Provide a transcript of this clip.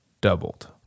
doubled